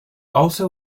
also